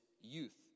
youth